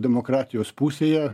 demokratijos pusėje